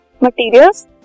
materials